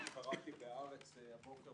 גם קראתי בהארץ הבוקר,